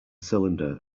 cylinder